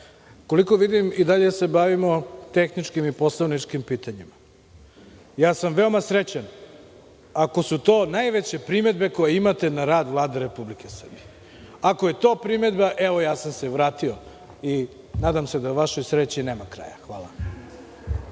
sada. Koliko vidim, i dalje se bavimo tehničkim i poslaničkim pitanjima. Veoma sam srećan ako su to najveće primedbe koje imate na rad Vlade Republike Srbije. Ako je to primedba, evo ja sam se vratio i nadam se da vašoj sreći nema kraja. Hvala.